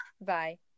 Bye